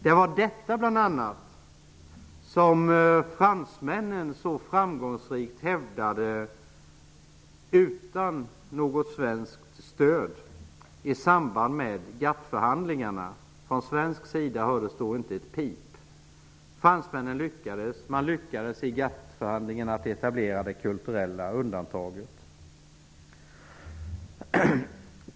Det var bl.a. detta som fransmännen så framgångsrikt hävdade utan något svenskt stöd i samband med GATT-förhandlingarna. Från svensk sida hördes inte ett pip. Fransmännen lyckades i GATT-förhandlingarna att etablera det kulturella undantaget.